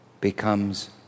becomes